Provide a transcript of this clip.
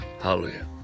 Hallelujah